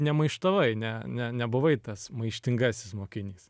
nemaištavai ne ne nebuvai tas maištingasis mokinys